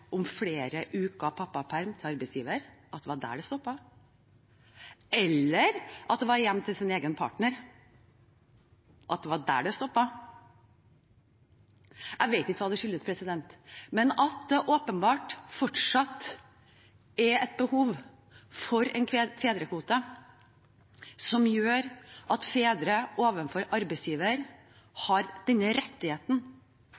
om flere uker pappaperm hos arbeidsgiveren, og at det var der det stoppet, eller om det var hjemme hos ens egen partner at det stoppet. Jeg vet ikke hva det skyldtes, men det er åpenbart fortsatt et behov for en fedrekvote som gjør at fedre